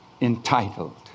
entitled